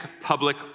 public